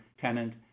tenant